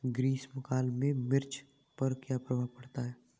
ग्रीष्म काल में मिर्च पर क्या प्रभाव पड़ता है?